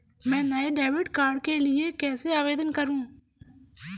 मैं नए debit card के लिए कैसे आवेदन करूं?